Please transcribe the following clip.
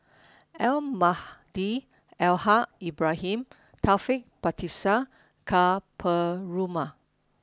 Almahdi Al Haj Ibrahim Taufik Batisah and Ka Perumal